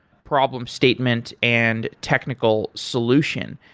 problem statement and technical solution.